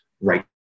right